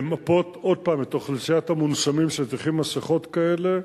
למפות עוד פעם את אוכלוסיית המונשמים שצריכים מסכות כאלה.